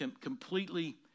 completely